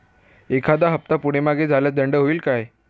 एखादा हफ्ता पुढे मागे झाल्यास दंड होईल काय?